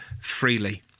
freely